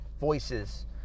voices